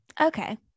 Okay